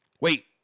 Wait